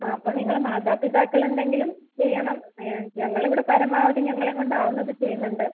ആ അപ്പോൾ നിങ്ങൾ മാതാപിതാക്കൾ എന്തെങ്കിലും ചെയ്യണം ഞങ്ങളിവിടെ പരമാവധി ഞങ്ങളെയും കൊണ്ട് ആവുന്നത് ചെയ്യുന്നുണ്ട്